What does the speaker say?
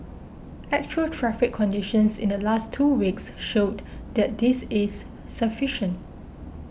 actual traffic conditions in the last two weeks showed that this is sufficient